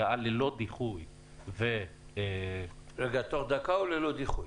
הגעה ללא דיחוי -- תוך דקה או ללא דיחוי?